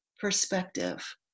perspective